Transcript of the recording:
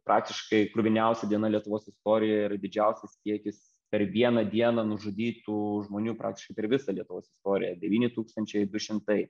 praktiškai kruviniausia diena lietuvos istorijoje ir didžiausias kiekis per vieną dieną nužudytų žmonių praktiškai per visą lietuvos istoriją devyni tūkstančiai du šimtai